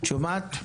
את שומעת?